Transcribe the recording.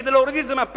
כדי להוריד את זה מהפרק,